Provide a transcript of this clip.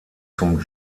zum